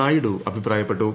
നായിഡു അഭിപ്രായപ്പെട്ടു